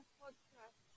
podcast